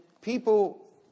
people